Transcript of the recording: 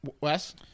Wes